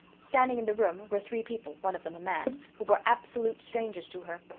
standing in the room were three people, one of them a man, who were absolute strangers to her.